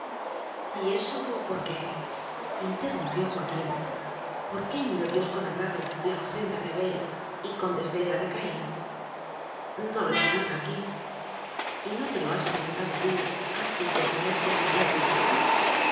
suya y eso por qué interrumpió joaquín por qué miró dios con agrado la ofrenda de abel y con desdén la de caín no lo explica aquí y no te lo has preguntado tú antes de ponerte a pintar tu cuadro